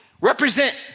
represent